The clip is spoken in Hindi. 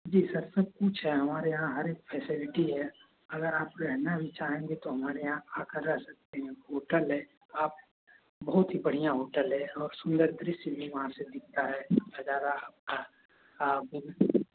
जी सर सबकुछ है हमारे यहाँ हरेक फैसिलिटी है अगर आप रहना भी चाहेंगे तो हमारे यहाँ आकर रह सकते हैं होटल है आप बहुत ही बढ़ियाँ होटल है और सुन्दर दृश्य भी वहाँ से दिखता है नज़ारा और और